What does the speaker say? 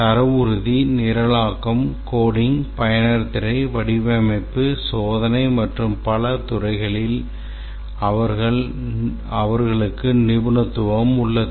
தர உறுதி நிரலாக்க பயனர் திரை வடிவமைப்பு சோதனை மற்றும் பல துறைகளில் அவர்களுக்கு நிபுணத்துவம் உள்ளது